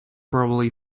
probably